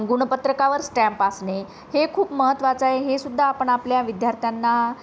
गुणपत्रकावर stamp असणे हे खूप महत्त्वाचं आहे हे सुद्धा आपण आपल्या विद्यार्थ्यांना